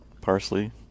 parsley